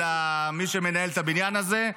של מי שמנהל את הבניין הזה,